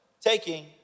taking